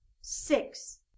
Six